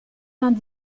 vingt